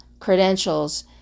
credentials